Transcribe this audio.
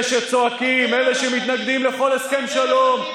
אלה שצועקים, אלה שמתנגדים לכל הסכם שלום,